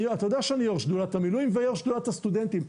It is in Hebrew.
אתה יודע שאני יושב-ראש שדולת המילואים ויושב-ראש שדולת הסטודנטים,